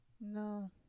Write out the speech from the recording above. No